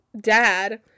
Dad